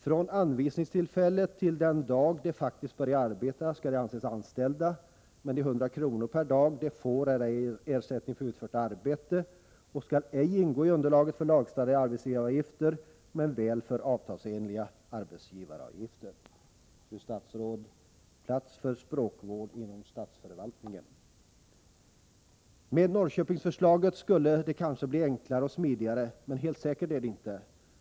Från anvisningstillfället till den dag de faktiskt börjar arbeta skall de anses anställda, men de 100 kronor per dag de får är ej ersättning för utfört arbete, och skall ej ingå i underlaget för lagstadgade arbetsgivaravgifter men väl för avtalsenliga arbetsgivaravgifter.” Fru statsråd! Plats för språkvård inom statsförvaltningen! Med Norrköpingsförslaget skulle det kanske bli enklare och smidigare, men helt säkert är det inte.